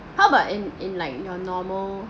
how about in in like your normal